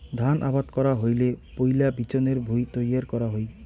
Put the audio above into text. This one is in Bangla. ধান আবাদ করা হইলে পৈলা বিচনের ভুঁই তৈয়ার করা হই